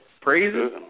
Praise